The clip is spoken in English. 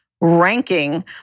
ranking